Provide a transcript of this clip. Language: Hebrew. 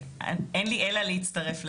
אין לי אלא להצטרף לאיילת,